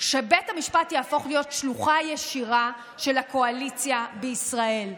שבית המשפט יהפוך להיות שלוחה ישירה של הקואליציה בישראל.